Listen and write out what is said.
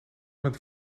met